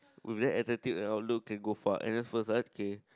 with that attitude and outlook can go for n_s first ah K